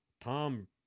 Tom